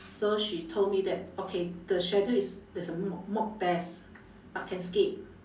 so she told me that okay the schedule is there's a mock mock test but can skip